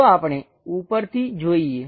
ચાલો આપણે ઉપરથી જોઈએ